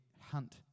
hunt